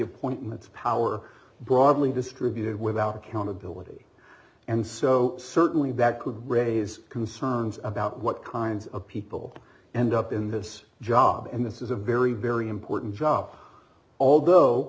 appointment power broadly distributed without accountability and so certainly that could raise concerns about what kinds of people end up in this job and this is a very very important job although